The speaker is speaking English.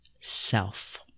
self